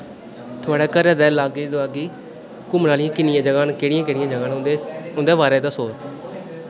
थुआढ़ा घरा दे लागे दुआगे घुमन आह्लियां किन्नियां जगहा न केह्ड़िया केह्ड़िया जगहा न उंदे बारै दस्सो